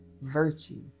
virtue